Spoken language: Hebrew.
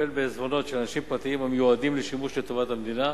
המטפל בעיזבונות של אנשים פרטיים המיועדים לשימוש לטובת המדינה.